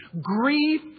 Grief